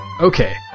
Okay